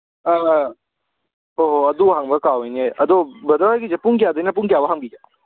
ꯑ ꯑ ꯍꯣꯏ ꯍꯣꯏ ꯑꯗꯨ ꯍꯪꯕ ꯀꯥꯎꯋꯤꯅꯦ ꯑꯗꯨ ꯕ꯭ꯔꯗꯔꯒꯤꯁꯦ ꯄꯨꯡ ꯀꯌꯥꯗꯒꯤꯅ ꯄꯨꯡ ꯀꯌꯥ ꯐꯥꯎꯕ ꯍꯥꯡꯕꯤꯒꯦ